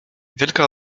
wielka